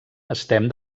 estem